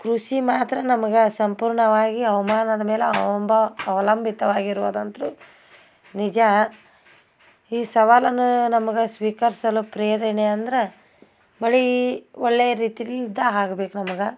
ಕೃಷಿ ಮಾತ್ರ ನಮಗೆ ಸಂಪೂರ್ಣವಾಗಿ ಹವ್ಮಾನದ್ ಮ್ಯಾಲೆ ಅವಂಬ ಅವಲಂಬಿತವಾಗಿ ಇರುವುದಂತೂ ನಿಜ ಈ ಸವಾಲನ್ನು ನಮ್ಗೆ ಸ್ವೀಕರಿಸಲು ಪ್ರೇರಣೆ ಅಂದ್ರೆ ಮಳೆ ಒಳ್ಳೆಯ ರೀತಿಲಿ ಇದ್ದ ಆಗ್ಬೇಕು ನಮ್ಗೆ